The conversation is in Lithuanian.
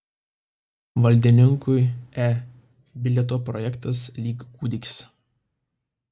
valdininkui e bilieto projektas lyg kūdikis